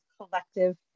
collective